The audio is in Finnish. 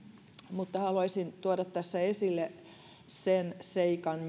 mutta haluaisin tuoda tässä esille sen seikan